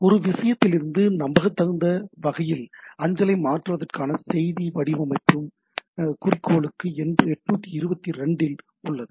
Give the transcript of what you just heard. ஒரு விஷயத்திலிருந்து நம்பத்தகுந்த வகையில் அஞ்சலை மாற்றுவதற்கான செய்தி வடிவமைக்கும் குறிக்கோளுக்கு 822 உள்ளது